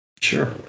sure